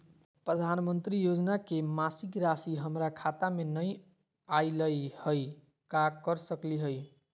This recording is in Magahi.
प्रधानमंत्री योजना के मासिक रासि हमरा खाता में नई आइलई हई, का कर सकली हई?